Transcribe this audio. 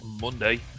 Monday